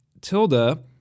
Tilda